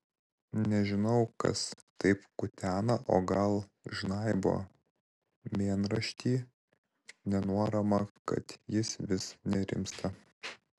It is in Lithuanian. nežinau kas taip kutena o gal žnaibo mėnraštį nenuoramą kad jis vis nerimsta